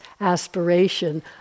aspiration